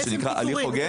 נותנים הליך הוגן.